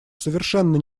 совершенно